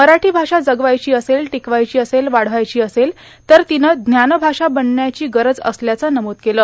मराठो भाषा जगवायची असेल र्टटकवायची असेल वाढवायची असेल तर र्टातनं ज्ञानभाषा बनण्याची गरज असल्याचं नमूद केलं